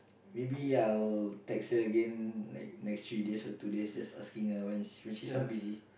maybe I'll text her again like next three days or two days just asking her when she's when she's not busy